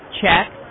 Check